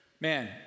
man